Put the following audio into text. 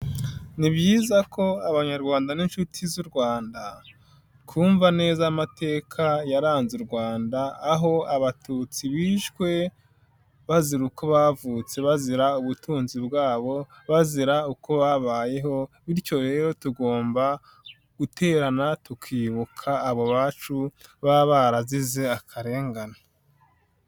Ni byiza ko abanyarwanda n'inshuti z'u Rwanda twumva neza amateka yaranze u Rwanda, aho abatutsi bishwe bazira uko bavutse bazira ubutunzi bwabo, bazira uko babayeho bityo rero tugomba guterana tukibuka abo bacu baba barazize akarengane.